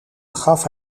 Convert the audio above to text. begaf